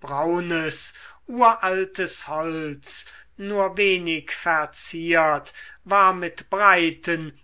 braunes uraltes holz nur wenig verziert war mit breiten